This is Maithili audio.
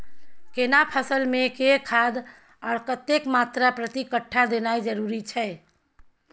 केना फसल मे के खाद आर कतेक मात्रा प्रति कट्ठा देनाय जरूरी छै?